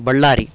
Ballari